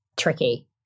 tricky